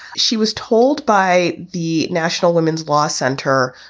she was told by the national women's law center,